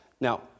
Now